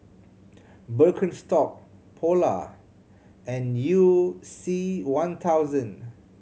Birkenstock Polar and You C One thousand